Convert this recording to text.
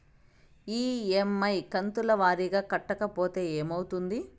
EMI కంతుల వారీగా కట్టకపోతే ఏమవుతుంది?